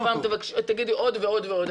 אם תגידי עוד ועוד ועוד,